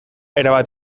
erabat